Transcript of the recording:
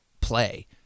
play